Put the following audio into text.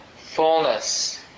fullness